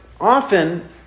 often